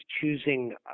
choosing